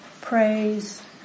Praise